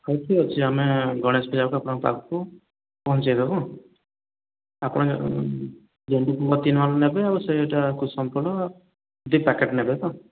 ହଉ ଠିକ୍ ଆଛି ଆମେ ଗଣେଶ ପୂଜାକୁ ଆପଣଙ୍କ ପାଖକୁ ପହେଞ୍ଚଇଦେବୁ ଆପଣ ଗେଣ୍ଡୁ ଫୁଲ ଦୁଇ ମାଳ ନେବେ ଆଉ ସେଇଟା କୁସୁମ ଫୁଲ ଦୁଇ ପ୍ୟାକେଟ୍ ନେବେ ତ